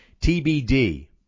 TBD